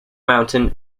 mountain